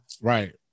Right